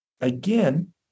Again